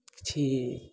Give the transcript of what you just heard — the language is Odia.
କିଛି